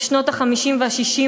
בשנות ה-50 וה-60,